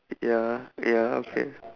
ya ya okay